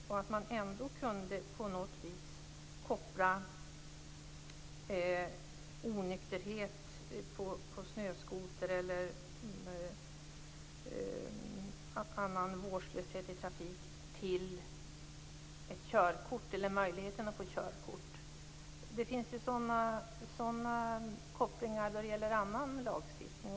Man skulle ändå på något vis kunna koppla onykterhet på snöskoter eller annan vårdslöshet i trafik till ett körkort eller möjligheten att få körkort. Det finns ju sådana kopplingar när det gäller annan lagstiftning.